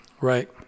Right